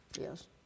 Yes